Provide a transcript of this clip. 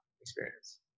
experience